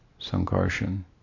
Sankarshan